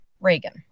Reagan